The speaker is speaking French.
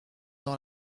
dans